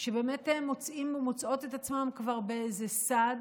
שבאמת מוצאים ומוצאות את עצמם כבר באיזה סד,